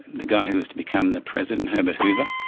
the guy who was to become the president, herbert hoover,